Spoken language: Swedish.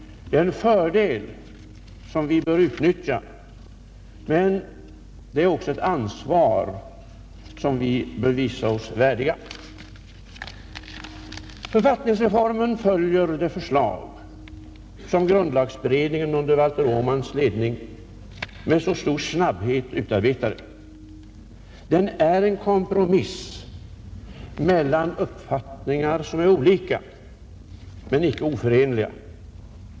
Det är en fördel som vi bör utnyttja, men det är också ett ansvar som vi bör visa oss värdiga. Författningsreformen följer det förslag som grundlagberedningen under Valter Åmans ledning med så stor snabbhet utarbetade. Den är en kompromiss mellan uppfattningar, som är olika men icke oförenliga.